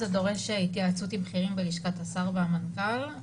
זה דורש התייעצות עם בכירים בלשכת השר והמנכ"ל,